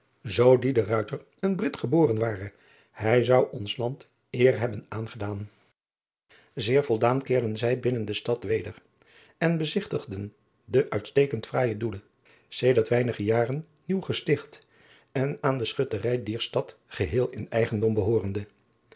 oo die een rit geboren ware hij zou ons land eer hebben aangedaan eer voldaan keerden zij binnen de stad weder en bezigtigden den uitstekend fraaijen oelen sedert weinige jaren nieuw gesticht en aan de chutterij dier stad geheel in eigendom behoorende